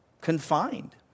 confined